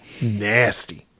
nasty